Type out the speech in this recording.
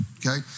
Okay